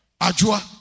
Ajua